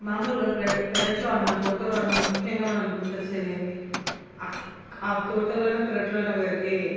మామూలుగా పెర పెరట్లో అన్న తోటలో అన్న ముఖ్యంగా మనం గుర్తు వచ్చేది ఏది ఆ తోటలో అన్న పెరట్లో అన్న వరకే